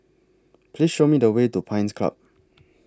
Please Show Me The Way to Pines Club